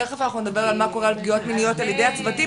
תיכף אנחנו נדבר על מה קורה על פגיעות מיניות על ידי הצוותים,